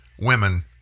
women